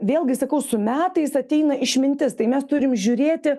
vėlgi sakau su metais ateina išmintis tai mes turim žiūrėti